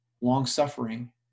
Long-suffering